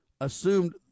assumed